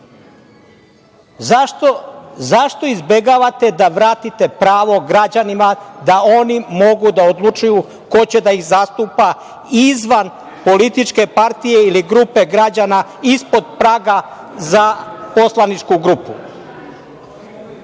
Zašto izbegavate da vratite pravo građanima da oni mogu da odlučuju ko će da ih zastupa izvan političke partije ili grupe građana ispod praga za poslaničku grupu.